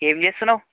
ఏమి చేస్తున్నావు